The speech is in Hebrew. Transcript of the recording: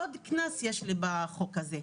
עוד קנס יש לי בחוק הזה,